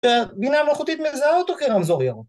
בינה מלאכותית מזהה אותו כרמזור ירוק